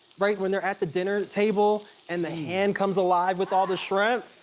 right when they're at the dinner table and the hand comes alive with all the shrimp?